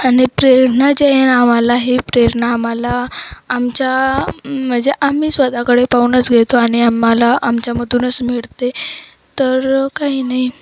आणि प्रेरणा जे आहे आम्हाला हे प्रेरणा आम्हाला आमच्या म्हणजे आम्ही स्वतःकडे पाहूनच घेतो आणि आम्हाला आमच्यामधूनच मिळते तर काही नाही